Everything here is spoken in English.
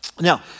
Now